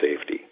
safety